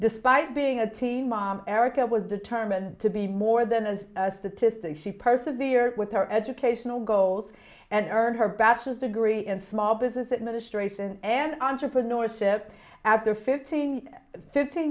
despite being a teen mom erika was determined to be more than a statistic she persevered with our educational goals and earned her bachelor's degree in small business administration and entrepreneurship after fifteen fifteen